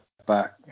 back